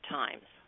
times